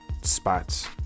spots